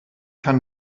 kann